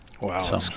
Wow